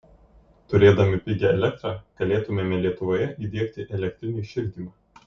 turėdami pigią elektrą galėtumėme lietuvoje įdiegti elektrinį šildymą